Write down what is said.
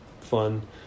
Fun